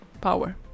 Power